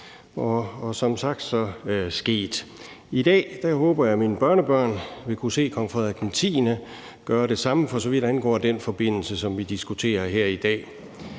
som planlagt, og i dag håber jeg, at mine børnebørn vil kunne se Kong Frederik X gøre det samme, for så vidt angår den forbindelse, som vi diskuterer her i dag.